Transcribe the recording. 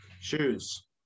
Shoes